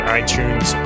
iTunes